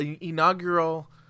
inaugural